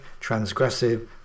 transgressive